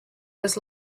was